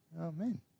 Amen